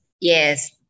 Yes